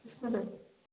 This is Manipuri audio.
ꯎꯝ ꯍꯨꯝ